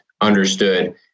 understood